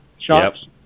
shops